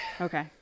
okay